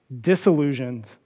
disillusioned